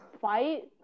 fight